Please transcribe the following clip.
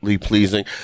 pleasing